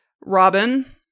robin